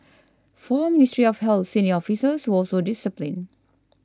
four Ministry of Health senior officers were also disciplined